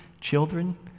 children